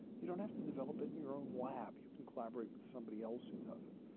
you don't have to develop it in your own lab. you can collaborate with somebody else who does it.